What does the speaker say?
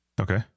Okay